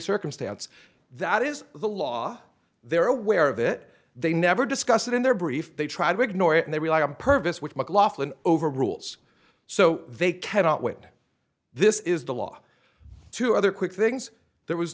circumstance that is the law they're aware of it they never discuss it in their brief they try to ignore it and they rely on purvis which michael often over rules so they cannot wait this is the law two other quick things there was